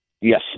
Yes